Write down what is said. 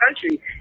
country